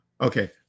Okay